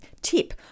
tip